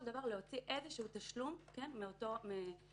להוציא תשלום בסופו של דבר מאותם חייבים.